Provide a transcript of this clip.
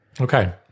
Okay